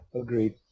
agreed